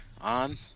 on